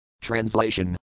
Translation